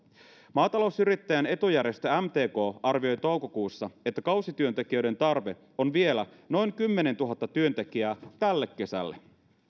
maatalousyrittäjien etujärjestö mtk arvioi toukokuussa että kausityöntekijöiden tarve on vielä noin kymmenentuhatta työntekijää tälle kesälle